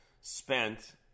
spent